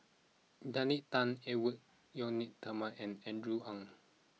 Nalla Tan Edwy Lyonet Talma and Andrew Ang